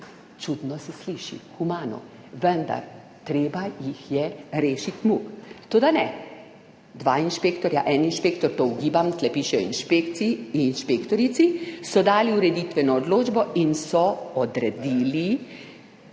Čudno se sliši humano, vendar treba jih je rešiti muk. Toda ne 2 inšpektorja, 1 inšpektor, to ugibam, tu pišejo inšpektorici, so dali ureditveno odločbo in so odredili zdravljenje